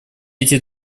эти